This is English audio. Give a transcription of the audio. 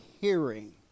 hearing